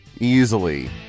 easily